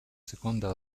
seconda